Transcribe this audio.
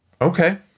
Okay